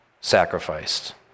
sacrificed